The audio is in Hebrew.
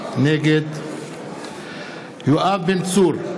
נגד יואב בן צור,